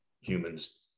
humans